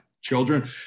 children